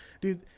dude